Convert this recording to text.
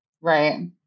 Right